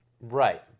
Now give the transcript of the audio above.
Right